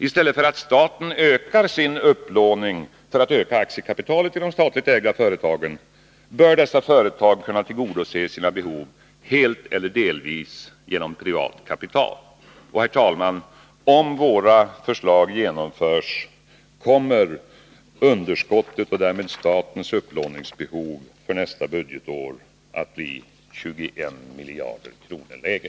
I stället för att staten ökar sin upplåning för att öka aktiekapitalet i de statligt ägda företagen bör dessa företag kunna tillgodose sina behov helt eller delvis genom privat kapital. Herr talman! Om våra förslag genomförs, kommer underskottet i statens budget och därmed statens upplåningsbehov för nästa budgetår att bli 21 miljarder kronor lägre.